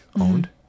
owned